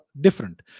different